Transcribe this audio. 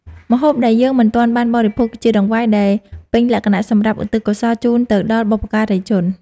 ម្ហូបដែលយើងមិនទាន់បានបរិភោគ គឺជាដង្វាយដែលពេញលក្ខណៈសម្រាប់ឧទ្ទិសកុសលជូនទៅដល់បុព្វការីជន។